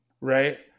right